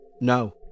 no